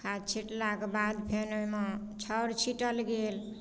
खाद छिटलाके बाद फेन ओइमे छाउर छिटल गेल